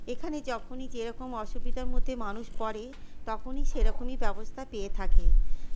এখানে যখনই যে রকম অসুবিধার মধ্যে মানুষ পড়ে তখনই সেরকমই ব্যবস্থা পেয়ে থাকে